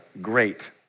great